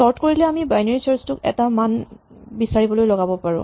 sort কৰিলে আমি binary search টোক এটা মান বিচাৰিবলৈ লগাব পাৰো